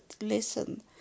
listen